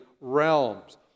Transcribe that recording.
realms